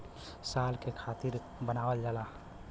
साल के खातिर बनावल जाला